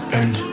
end